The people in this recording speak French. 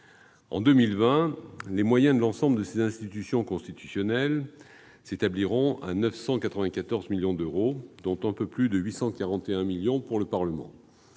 En 2020, les moyens de l'ensemble de ces institutions constitutionnelles s'établiront à plus de 994 millions d'euros, dont un peu plus de 841 millions pour le Parlement,